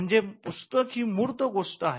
म्हणजे पुस्तक ही मूर्त गोष्ट आहे